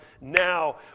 now